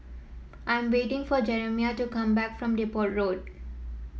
I am waiting for Jerimiah to come back from Depot Road